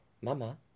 »Mama